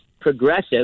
progressive